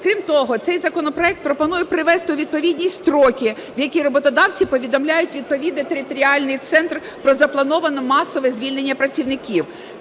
Крім того, цей законопроект пропонує привести у відповідність строки, в які роботодавці повідомляють у відповідний територіальний центр про заплановане масове звільнення працівників.